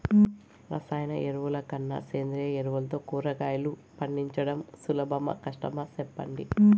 రసాయన ఎరువుల కన్నా సేంద్రియ ఎరువులతో కూరగాయలు పండించడం సులభమా కష్టమా సెప్పండి